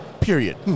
period